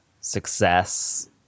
success